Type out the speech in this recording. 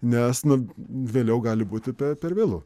nes nu vėliau gali būti per vėlu